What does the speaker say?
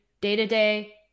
day-to-day